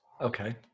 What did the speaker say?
Okay